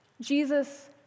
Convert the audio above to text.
Jesus